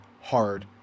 hard